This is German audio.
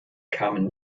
kamen